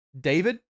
David